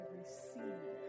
receive